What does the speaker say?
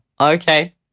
okay